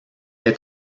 est